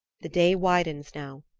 the day widens now,